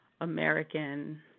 American